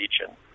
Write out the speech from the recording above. region